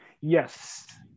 Yes